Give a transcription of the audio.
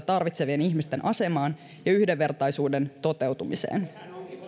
tarvitsevien ihmisten asemaan ja yhdenvertaisuuden toteutumiseen